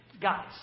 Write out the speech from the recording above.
guys